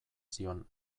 zion